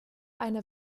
eine